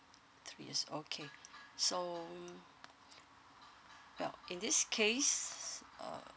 three years okay so uh in this case uh